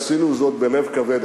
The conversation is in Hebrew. עשינו זאת בלב כבד,